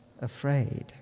afraid